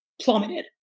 plummeted